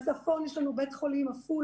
בצפון יש לנו את בית חולים עפולה,